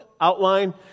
outline